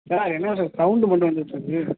sir என்ன sir sound மட்டும் வந்துக்கிட்டு இருக்கு